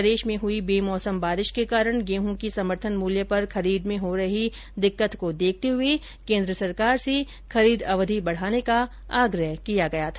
प्रदेश में हुई बेमोसम बारिश के कारण गेहूं की समर्थन मूल्य पर खरीद में हो रही दिक्कत को देखते हुए केन्द्र सरकार से खरीद अवधि बढ़ाने का आग्रह किया गया था